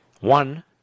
One